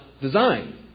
design